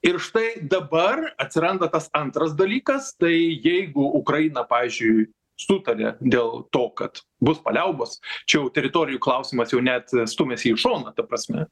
ir štai dabar atsiranda tas antras dalykas tai jeigu ukraina pavyzdžiui sutaria dėl to kad bus paliaubos čia jau teritorijų klausimas jau net stumiasi į šoną ta prasme